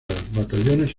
batallones